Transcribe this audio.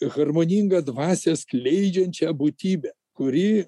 harmoningą dvasią skleidžiančią būtybę kuri